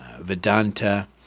Vedanta